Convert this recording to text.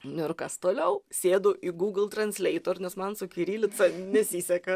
niu ir kas toliau sėdu į gūgl transleitu ir nes man su kirilica nesiseka